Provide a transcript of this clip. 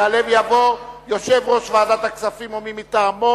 יעלה ויבוא יושב-ראש ועדת הכספים או מי מטעמו,